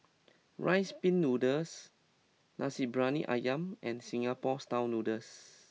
Rice Pin Noodles Nasi Briyani Ayam and Singapore Style Noodles